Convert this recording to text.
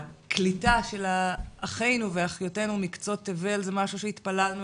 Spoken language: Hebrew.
הקליטה של אחינו ואחיותינו מקצות תבל זה משהו שהתפללנו